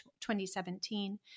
2017